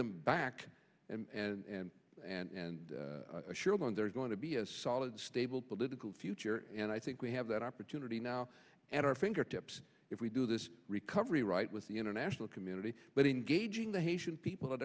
them back and and assure them there is going to be a solid stable political future and i think we have that opportunity now at our fingertips if we do this recovery right with the international community but engaging the haitian people at